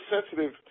sensitive